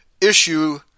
issue